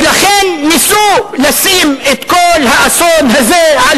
ולכן ניסו לשים את כל האסון הזה על